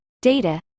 data